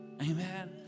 Amen